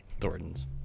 Thorntons